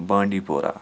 بانڈی پورہ